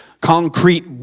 concrete